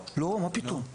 לא, מה פתאום?